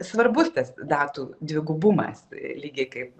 svarbus tas datų dvigubumas lygiai kaip